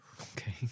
Okay